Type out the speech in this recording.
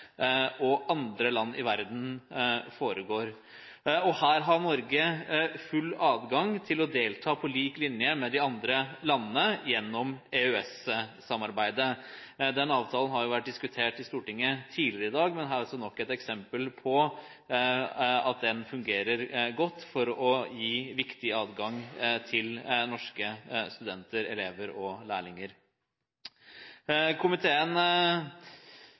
og andre land i verden foregår, og her har Norge full adgang til å delta på lik linje med de andre landene gjennom EØS-samarbeidet. EØS-avtalen har vært diskutert i Stortinget tidligere i dag, men her er altså nok et eksempel på at den fungerer godt for å gi norske studenter, elever og lærlinger viktig adgang. Komiteen